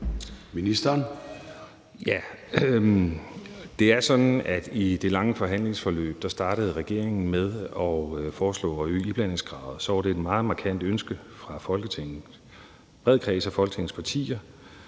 Det er sådan, at regeringen i det lange forhandlingsforløb startede med at foreslå at øge iblandingskravet, og så var det på et meget markant ønske fra en bred kreds af Folketingets partier,